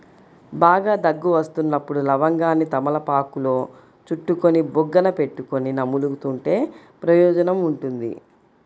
బాగా దగ్గు వస్తున్నప్పుడు లవంగాన్ని తమలపాకులో చుట్టుకొని బుగ్గన పెట్టుకొని నములుతుంటే ప్రయోజనం ఉంటుంది